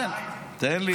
תן לי, תן, תן לי.